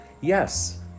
yes